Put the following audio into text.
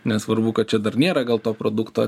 nesvarbu kad čia dar nėra gal to produkto